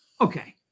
Okay